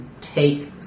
take